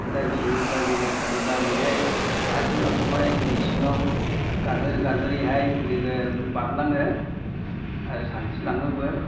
दा गियोब्ला जोङो साबदानैहाय आथिंखौहाय दै सिङाव गाजोर गाजोरैहाय जोङो बारलाङो आरो सानस्रिलाङोबो